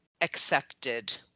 accepted